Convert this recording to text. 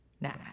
Nah